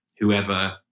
whoever